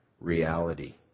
reality